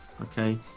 Okay